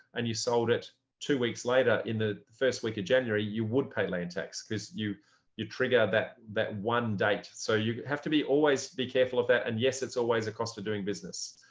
and you sold it two weeks later in the first week of january, you would pay land tax because you you trigger that that one date, so you have to be always be careful of that. and yes, it's always a cost of doing business.